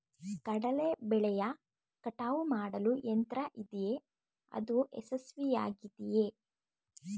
ಕಡಲೆ ಬೆಳೆಯ ಕಟಾವು ಮಾಡುವ ಯಂತ್ರ ಇದೆಯೇ? ಅದು ಯಶಸ್ವಿಯಾಗಿದೆಯೇ?